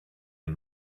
and